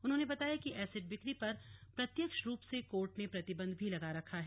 उन्होंने बताया कि एसिड बिक्री पर प्रत्यक्ष रूप से कोर्ट ने प्रतिबंध भी लगा रखा है